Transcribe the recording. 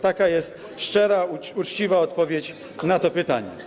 Taka jest szczera, uczciwa odpowiedź na to pytanie.